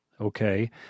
okay